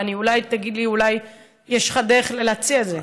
ואולי תגיד לי שיש לך דרך להציע את זה.